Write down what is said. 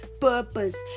purpose